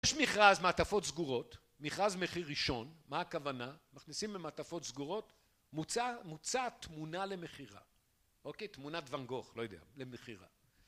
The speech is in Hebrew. יש מכרז מעטפות סגורות, מכרז מחיר ראשון, מה הכוונה? מכניסים מעטפות סגורות מוצע... מוצעת תמונה למכירה, אוקיי? תמונת ואן גוך, לא יודע, למכירה